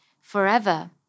forever